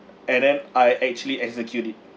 and then I actually execute it